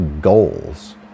goals